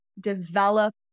develop